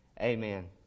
Amen